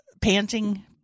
panting